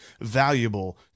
valuable